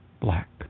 black